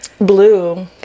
Blue